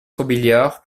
robiliard